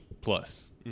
plus